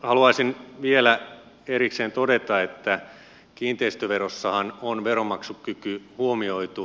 haluaisin vielä erikseen todeta että kiinteistöverossahan on veronmaksukyky huomioitu